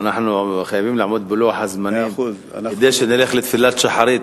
אנחנו חייבים לעמוד בלוח הזמנים כדי שנלך לתפילת שחרית,